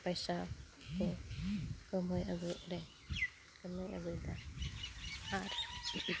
ᱴᱟᱠᱟ ᱯᱟᱭᱥᱟ ᱠᱟᱹᱢᱤ ᱟᱹᱜᱩᱭᱮᱫᱨᱮ ᱠᱟᱹᱢᱤ ᱟᱹᱜᱩᱭᱫᱟ ᱟᱨ